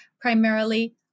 primarily